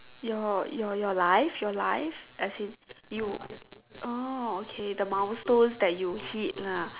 your your your life your life as in you oh okay the milestones that you hit lah